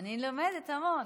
אני לומדת המון.